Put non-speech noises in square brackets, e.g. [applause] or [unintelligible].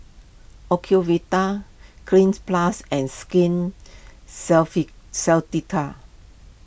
Ocuvite Cleanz Plus and Skin [unintelligible]